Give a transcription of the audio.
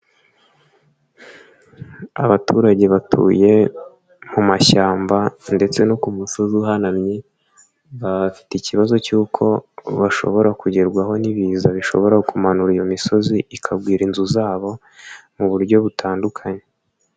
Abaturage batuye mu mashyamba ndetse no ku musozi uhanamye bafite ikibazo cy'uko bashobora kugerwaho n'ibiza bishobora kumanura iyo misozi ikabwira inzu zabo mu buryo butandukanye.